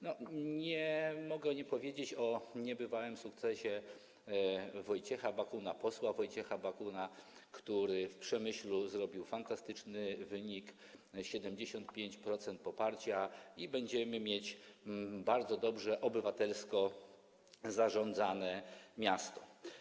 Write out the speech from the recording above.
Nie mogę nie powiedzieć o niebywałym sukcesie posła Wojciecha Bakuna, który w Przemyślu uzyskał fantastyczny wynik - 75% poparcia, i będziemy mieć bardzo dobrze obywatelsko zarządzane miasto.